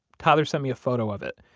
tyler sent me a photo of it.